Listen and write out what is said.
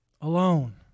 Alone